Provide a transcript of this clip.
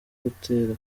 gutera